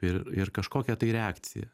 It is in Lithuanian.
ir ir kažkokią tai reakciją